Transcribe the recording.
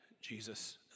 Jesus